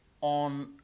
on